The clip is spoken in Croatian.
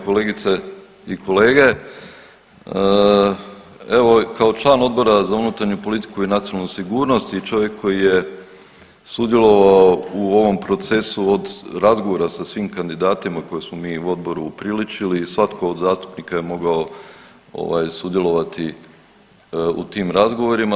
kolegice i kolege, evo kao član Odbora za unutarnju politiku i nacionalnu sigurnost i čovjek koji je sudjelovao u ovom procesu od razgovora sa svim kandidatima koje smo mi u odboru upriličili i svatko od zastupnika je mogao ovaj sudjelovati u tim razgovorima.